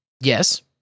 Yes